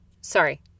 sorry